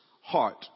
heart